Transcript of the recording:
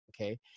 okay